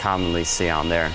commonly see on there.